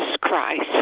Christ